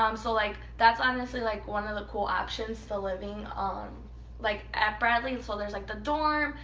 um so like that's honestly like one of the cool options to living ah um like at bradley. so there's like the dorm.